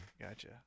gotcha